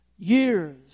Years